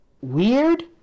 weird